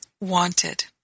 wanted